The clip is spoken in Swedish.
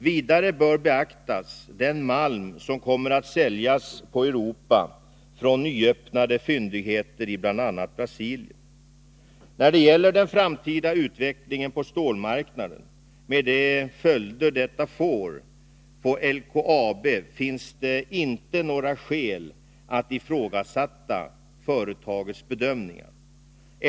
Vidare bör beaktas den malm som kommer att säljas på Europa från nyöppnade fyndigheter i bl.a. Brasilien. När det gäller den framtida utvecklingen på stålmarknaden med de följder denna får för LKAB finns inte några skäl att ifrågasätta företagets bedömningar.